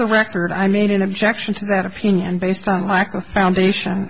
the record i made an objection to that opinion based on lack of foundation